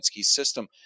system